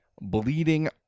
bleeding